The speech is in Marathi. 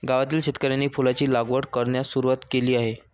गावातील शेतकऱ्यांनी फुलांची लागवड करण्यास सुरवात केली आहे